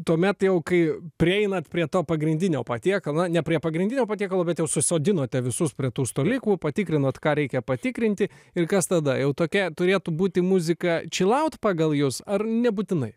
tuomet jau kai prieinat prie to pagrindinio patiekalo na ne prie pagrindinio patiekalo bet jau susodinote visus prie tų staliukų patikrinot ką reikia patikrinti ir kas tada jau tokia turėtų būti muzika chill out pagal jus ar nebūtinai